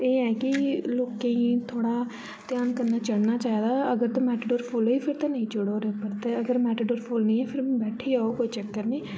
एह् ऐ कि लोकें गी थोह्ड़ा ध्यान कन्नै चढ़ना चाहिदा अगर ते मेटाडोर फुल्ल होई फिर ते नेईं चढ़ो ओह्दे उप्पर ते अगर मेटाडोर फुल्ल नेईं फेर बैठी जाओ कोई चक्कर नी